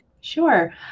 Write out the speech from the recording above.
sure